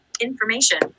information